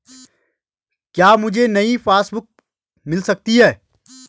क्या मुझे नयी पासबुक बुक मिल सकती है?